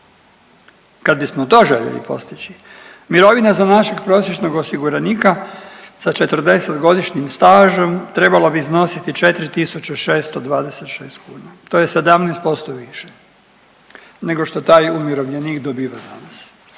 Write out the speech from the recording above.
Kad bismo to željeli postići mirovina za našeg prosječnog osiguranika sa 40-godišnjim stažom trebala bi iznositi 4.626 kuna, to je 17% više nego što taj umirovljenik dobiva danas,